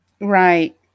Right